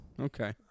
Okay